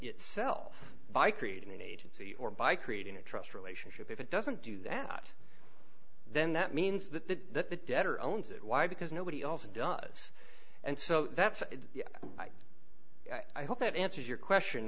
itself by creating an agency or by creating a trust relationship if it doesn't do that then that means that the debtor owns it why because nobody else does and so that's why i hope that answers your